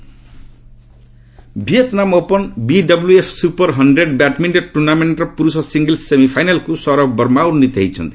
badminton Vietnam Open BWF super hundred badminton ଟୁର୍ଣ୍ଣାମେଣ୍ଟର ପୁରୁଷ ସିଙ୍ଗଲସ୍ର ସେମିଫାଇନାଲ୍କୁ ସୌରଭ ବର୍ମା ଉନ୍ନିତ ହୋଇଛନ୍ତି